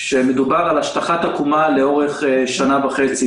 שמדובר על השטחת עקומה לאורך שנה וחצי.